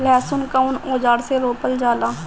लहसुन कउन औजार से रोपल जाला?